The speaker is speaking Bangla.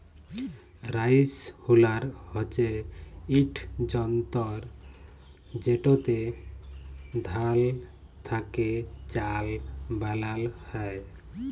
রাইসহুলার হছে ইকট যল্তর যেটতে ধাল থ্যাকে চাল বালাল হ্যয়